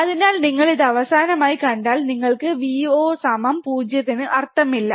അതിനാൽ നിങ്ങൾ ഇത് അവസാനമായി കണ്ടാൽ നിങ്ങൾക്ക് Vo 0 ന് അർത്ഥമില്ല